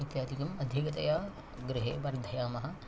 इत्यादिकम् अधिकतया गृहे वर्धयामः